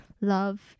love